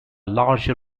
larger